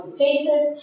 faces